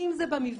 אם זה במבנים,